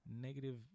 negative